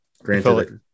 granted